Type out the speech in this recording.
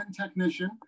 technician